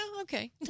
okay